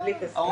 שעשינו